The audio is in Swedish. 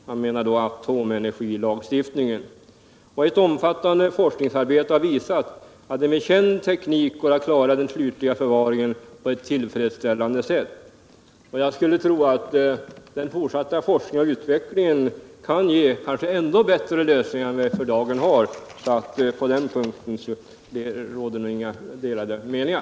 Olof Palme åsyftade atomenergilagstiftningen och fortsatte: ”Ett omfattande forskningsarbete har visat att det med känd teknik går att klara den slutliga förvaringen i dag på ett tillfredsställande sätt.” Jag skulle tro att den fortsatta forskningen kan ge ännu bättre lösningar än de vi i dag har. På den punkten råder det alltså inga delade meningar.